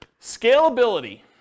Scalability